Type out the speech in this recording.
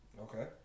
Okay